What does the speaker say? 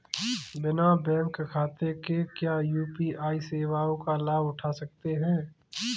बिना बैंक खाते के क्या यू.पी.आई सेवाओं का लाभ उठा सकते हैं?